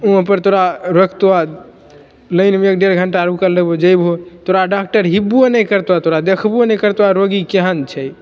ओहाँ पर तोरा रखतऽ लाइनमे एक डेढ़ घंटा रुकल रहबहो जैबहो तोरा डाक्टर हिब्बो नहि करतो तोरा देखबो नहि करतो रोगी केहन छै